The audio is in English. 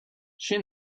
she